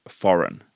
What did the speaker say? foreign